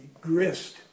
grist